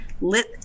lit